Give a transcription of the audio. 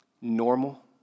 normal